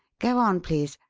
go on, please.